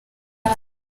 cyane